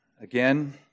again